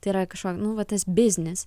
tai yra kažko nu va tas biznis